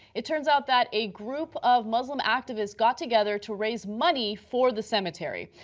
it turns out that a group of muslim activists got together to raise money for the cemetery.